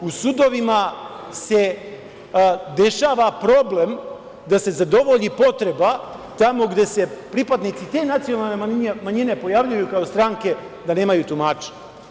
U sudovima se dešava problem da se zadovolji potreba tamo gde se pripadnici te nacionalne manjine pojavljuju kao stranke da nemaju tumača.